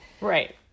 right